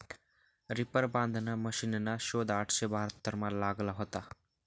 reaper बांधाना मशिनना शोध अठराशे बहात्तरमा लागना व्हता